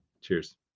Cheers